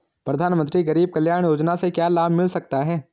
प्रधानमंत्री गरीब कल्याण योजना से क्या लाभ मिल सकता है?